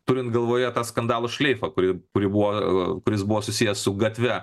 turint galvoje tą skandalų šleifą kurį kuri buvo kuris buvo susijęs su gatve